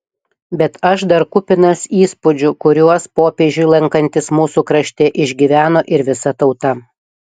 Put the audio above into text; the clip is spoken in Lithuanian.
bet aš dar kupinas įspūdžių kuriuos popiežiui lankantis mūsų krašte išgyveno ir visa tauta